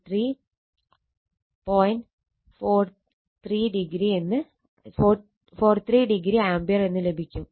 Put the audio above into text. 43o ampere എന്ന് ലഭിക്കും